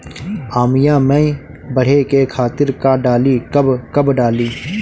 आमिया मैं बढ़े के खातिर का डाली कब कब डाली?